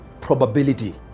probability